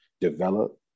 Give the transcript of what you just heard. develop